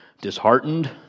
Disheartened